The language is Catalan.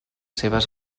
seves